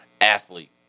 athlete